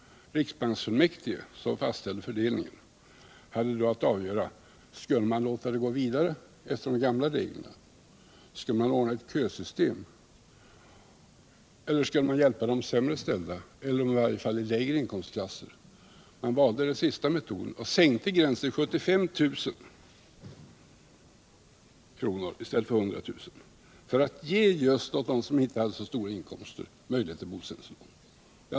Riksbanksfullmäktige, som fastställde fördelningen, hade då att avgöra om man skulle låta det hela gå vidare efter de gamla reglerna, om man skulle ordna ett kösystem, eller om man skulle hjälpa dem i den lägre inkomstklassen, de sämre ställda. Riksbanksfullmäktige valde den sistnämnda metoden och sänkte inkomstgränsen från 100 000 kr. till 75 000 kr. för att ge just dem som inte hade så stora inkomster möjlighet till bosättningslån.